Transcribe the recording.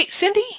Cindy